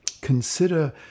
consider